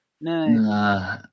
No